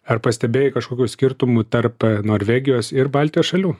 ar pastebėjai kažkokių skirtumų tarp norvegijos ir baltijos šalių